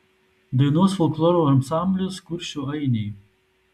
dainuos folkloro ansamblis kuršių ainiai